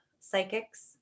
psychics